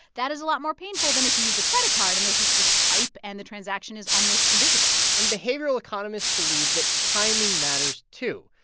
that is a lot more painful than if you use a credit card and there's just the swipe and the transaction is almost invisible and behavioral economists believe that timing matters, too.